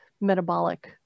metabolic